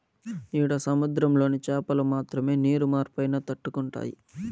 ఈడ సముద్రంలోని చాపలు మాత్రమే నీరు మార్పైనా తట్టుకుంటాయి